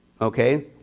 okay